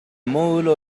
módulo